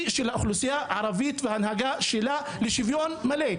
של האוכלוסייה הערבית והנהגה שלה לשוויון מלא.